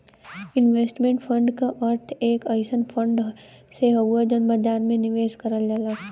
investment fund क अर्थ एक अइसन फण्ड से हउवे जौन बाजार में निवेश करल जाला